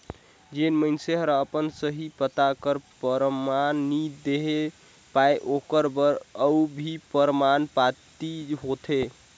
जेन मइनसे हर अपन सही पता कर परमान नी देहे पाए ओकर बर अउ भी परमान पाती होथे